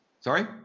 Sorry